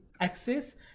access